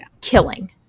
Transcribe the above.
killing